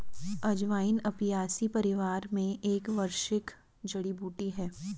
अजवाइन अपियासी परिवार में एक वार्षिक जड़ी बूटी है